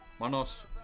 Manos